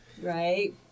right